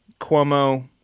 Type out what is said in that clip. Cuomo